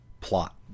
plot